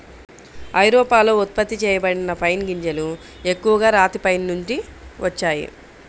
ఐరోపాలో ఉత్పత్తి చేయబడిన పైన్ గింజలు ఎక్కువగా రాతి పైన్ నుండి వచ్చాయి